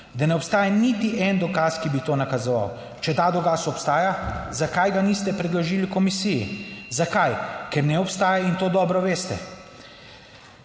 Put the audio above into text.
da ne obstaja niti en dokaz, ki bi to nakazoval. Če ta dokaz obstaja, zakaj ga niste predložili komisiji? Zakaj? Ker ne obstaja in to dobro veste.